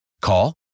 Call